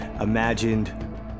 imagined